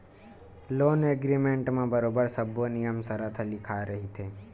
loan agreement म बरोबर सब्बो नियम सरत ह लिखाए रहिथे